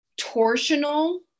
torsional